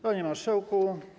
Panie Marszałku!